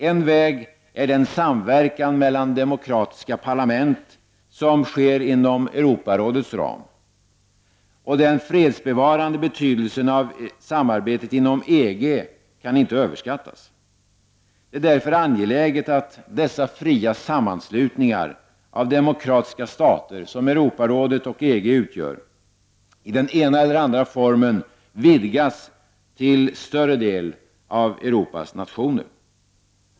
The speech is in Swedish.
En väg är den samverkan mellan demokratiska parlament som sker inom Europarådets ram. Den fredsbevarande betydelsen av samarbetet inom EG kan inte heller överskattas. Det är därför angeläget att de fria sammanslutningar av demokratiska stater som Europarådet och EG utgör i den ena eller andra formen vidgas till större del av Europas nationer.